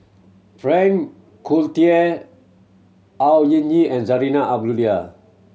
Frank Cloutier Au Hing Yee and Zarinah Abdullah